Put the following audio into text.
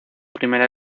primera